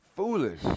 foolish